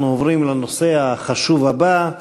אנחנו עוברים לנושא החשוב הבא: